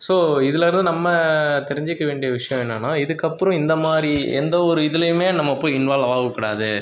so இதுலேருந்து நம்ம தெரிஞ்சுக்க வேண்டிய விஷயம் என்னென்னா இதுக்கப்புறம் இந்த மாதிரி எந்த ஒரு இதுலேயுமே நம்ம போய் இன்வால்வ் ஆகக் கூடாது